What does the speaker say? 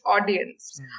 audience